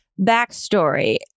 backstory